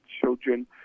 children